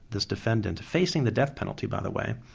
this defendant facing the death penalty by the way,